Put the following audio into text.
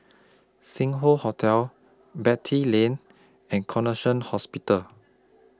Sing Hoe Hotel Beatty Lane and Connexion Hospital